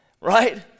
right